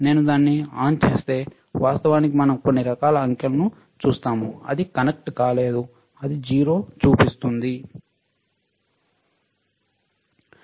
నేను దాన్ని ఆన్ చేస్తే వాస్తవానికి మనం కొన్ని రకాల అంకెలను చూస్తాము ఇది కనెక్ట్ కాలేదు ఇది 0 చూపిస్తుంది